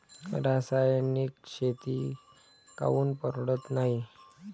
रासायनिक शेती काऊन परवडत नाई?